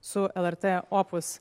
su lrt opus